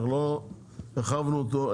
אנחנו לא הרחבנו אותו.